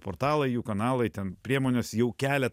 portalai jų kanalai ten priemonės jau kelia